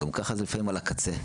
גם ככה זה לפעמים על הקצה.